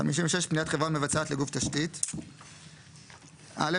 פניית חברה מבצעת לגוף תשתית 56. (א)